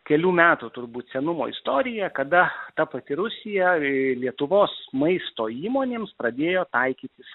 kelių metų turbūt senumo istoriją kada ta pati rusija lietuvos maisto įmonėms pradėjo taikytis